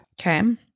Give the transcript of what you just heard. Okay